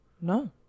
no